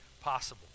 possible